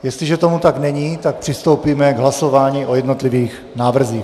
Jestliže tomu tak není, tak přistoupíme k hlasování o jednotlivých návrzích.